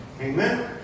Amen